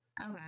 Okay